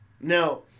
Now